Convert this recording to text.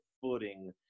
footing